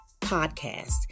podcast